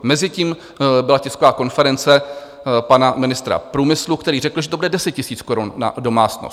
Mezitím byla tisková konference pana ministra průmyslu, který řekl, že to bude 10 000 korun na domácnost.